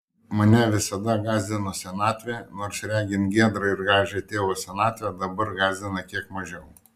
mane visada gąsdino senatvė nors regint giedrą ir gražią tėvo senatvę dabar gąsdina kiek mažiau